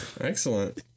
Excellent